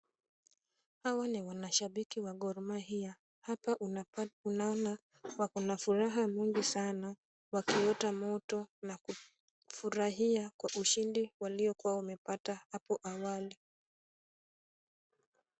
Hawa ni wanashabikia wa Gor Mahia. Hapa unaona wakona furaha mingi sana wakiota moto na kufurahia ushindi waliokuwa wamepata hapo awali.